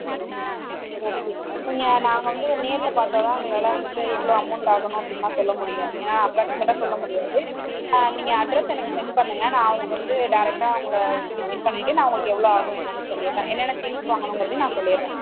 ம் ஓகே நீங்கள் நாங்கள் வந்து நேரில் பார்த்தா தான் எங்களால் ஆகும்ன்னு அப்புடிலாம் சொல்ல முடியும் ஏன்னா அப்ராக்சிமேட்டாக சொல்ல முடியாது நீங்கள் அட்ரெஸ் எனக்கு செண்ட் பண்ணுங்கள் நான் உங்களுக்கு வந்து டேரெக்டாக உங்களை வந்து விசிட் பண்ணிவிட்டு நான் உங்களுக்கு எவ்வளோ ஆகும் என்னென்னு சொல்லிடுறேன் என்னென்ன திங்க்ஸ் வாங்கணுங்கிறதையும் நான் சொல்லிடுறேன்